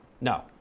no